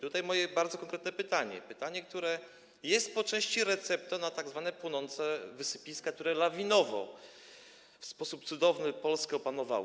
Tu stawiam bardzo konkretne pytanie, pytanie, które jest po części receptą na tzw. płonące wysypiska, które lawinowo, w sposób cudowny, Polskę opanowały.